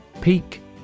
Peak